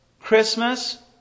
Christmas